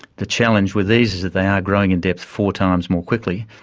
the challenge with these is that they are growing in depth four times more quickly,